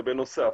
זה בנוסף.